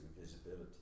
visibility